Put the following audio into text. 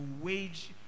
wage